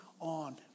on